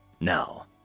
Now